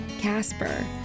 Casper